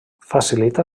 facilita